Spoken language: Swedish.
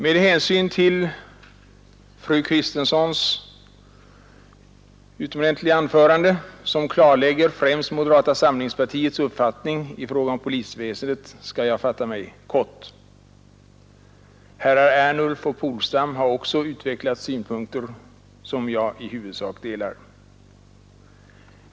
Med hänsyn till fru Kristenssons utomordentliga anförande, som klarlägger främst moderata samlingspartiets uppfattning i fråga om polisväsendet, skall jag fatta mig kort. Herrar Ernulf och Polstam har också utvecklat synpunkter som jag i huvudsak omfattar.